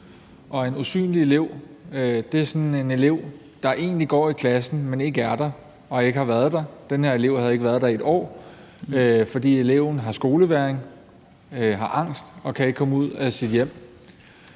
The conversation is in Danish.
En usynlig elev er sådan en elev, der egentlig går i klassen, men ikke er der og ikke har været der længe. Den her elev har ikke været der i et år, fordi eleven har skolevægring, har angst og ikke kan komme ud af sit hjem.